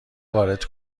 وارد